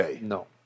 No